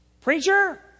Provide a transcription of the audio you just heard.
Preacher